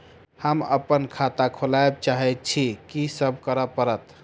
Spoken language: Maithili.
हम अप्पन खाता खोलब चाहै छी की सब करऽ पड़त?